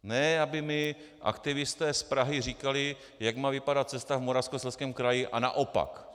Ne aby mi aktivisté z Prahy říkali, jak má vypadat cesta v Moravskoslezském kraji a naopak.